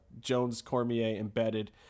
Jones-Cormier-embedded